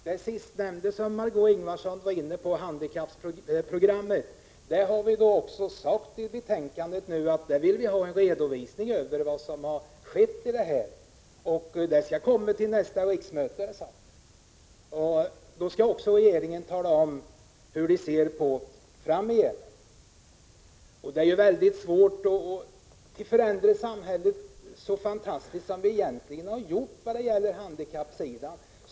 Herr talman! När det gäller handikapprogrammet har vi i betänkandet uttalat att vi vill ha en redovisning av vad som har skett i det avseendet. Den skall komma till nästa riksmöte, är det sagt. Då skall regeringen också tala om hur man ser på det framöver. Det är svårt att förändra samhället så fantastiskt som vi har gjort på handikappsidan.